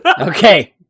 Okay